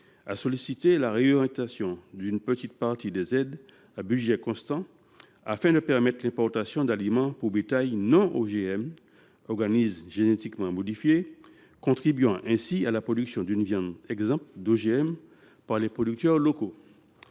a sollicité la réorientation d’une petite partie des aides, à budget constant, afin de permettre l’importation d’aliments pour bétail sans organismes génétiquement modifiés (OGM), contribuant ainsi à la production d’une viande exempte d’OGM par les producteurs locaux.